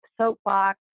soapbox